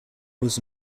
was